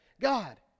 God